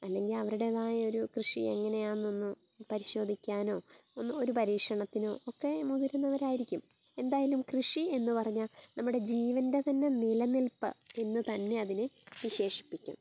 അല്ലെങ്കിൽ അവരുടേതായ ഒരു കൃഷി എങ്ങനെയാന്നൊന്ന് പരിശോധിക്കാനോ ഒന്നും ഒരു പരീക്ഷണത്തിനോ ഒക്കെ മുതിർന്നവരായിരിക്കും എന്തായാലും കൃഷി എന്ന് പറഞ്ഞാൽ നമ്മുടെ ജീവൻ്റെ തന്നെ നിലനിൽപ്പ് എന്ന് തന്നെ അതിനെ വിശേഷിപ്പിക്കാം